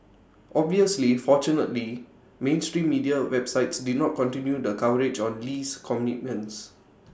obviously fortunately mainstream media websites did not continue the coverage on Lee's commitments